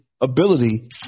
ability